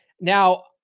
Now